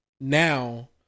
now